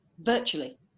virtually